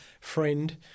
friend